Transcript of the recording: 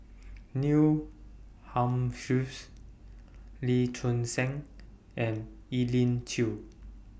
Neil Lee Choon Seng and Elim Chew